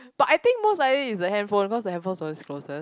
but I think most likely is the handphone cause the handphone is always closest